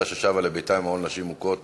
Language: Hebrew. אישה ששבה לביתה ממעון לנשים מוכות